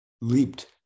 leaped